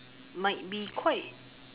might be quite